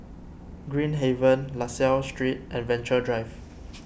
Green Haven La Salle Street and Venture Drive